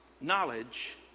knowledge